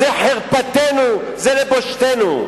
זה חרפתנו, זה לבושתנו,